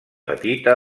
petita